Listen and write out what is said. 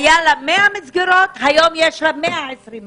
היו 100 מסגרות, היום יש 120 מסגרות.